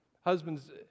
husbands